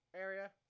area